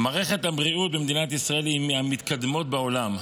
מערכת הבריאות במדינת ישראל היא מהמתקדמות בעולם.